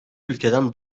ülkeden